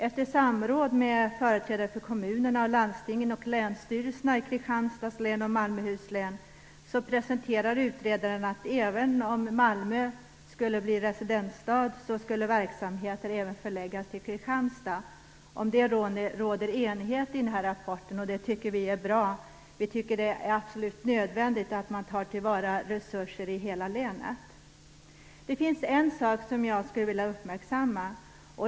Efter samråd med företrädare för kommunerna och landstingen samt länsstyrelserna i Kristianstads län och Malmöhus län presenterar utredaren förslaget att även om Malmö skulle bli residensstad skall verksamheter förläggas också till Kristianstad. Om detta råder enighet i rapporten, och det tycker vi är bra. Vi tycker att det är absolut nödvändigt att man tar tillvara resurser i hela länet. Det finns en sak som jag skulle vilja uppmärksamma.